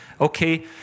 Okay